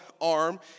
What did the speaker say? arm